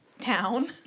town